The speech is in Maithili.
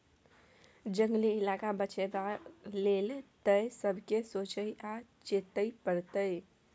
जंगली इलाका बचाबै लेल तए सबके सोचइ आ चेतै परतै